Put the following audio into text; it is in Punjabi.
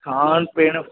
ਖਾਣ ਪੀਣ